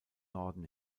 norden